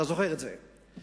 אתה זוכר את זה?